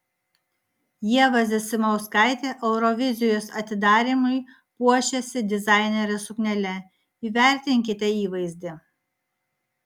ieva zasimauskaitė eurovizijos atidarymui puošėsi dizainerės suknele įvertinkite įvaizdį